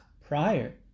prior